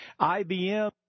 IBM